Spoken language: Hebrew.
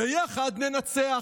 ביחד ננצח.